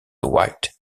white